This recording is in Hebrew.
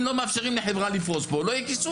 אם לא מאפשרים לחברה לפרוס פה, לא יהיה כיסוי.